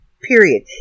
Period